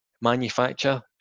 manufacture